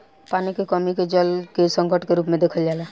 पानी के कमी के जल संकट के रूप में देखल जाला